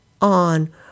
on